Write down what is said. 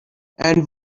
and